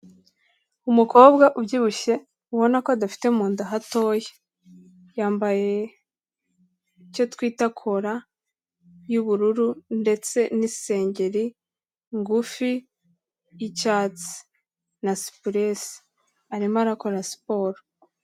Umukobwa ubyibushye ubona ko adafite mu nda hatoya. Yambaye icyo twita kora y'ubururu ndetse n'isengeri ngufi y'icyatsi na supuresi, arimo arakora siporo.